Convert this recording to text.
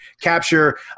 capture